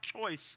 choice